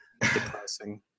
Depressing